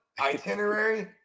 Itinerary